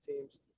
teams